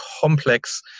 complex